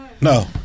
No